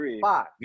Five